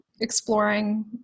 exploring